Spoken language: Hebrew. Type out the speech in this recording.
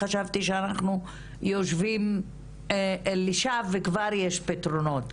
חשבתי שאנחנו יושבים לשווא וכבר יש פתרונות,